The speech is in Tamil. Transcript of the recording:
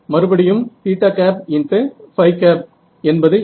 மறுபடியும் என்பது என்ன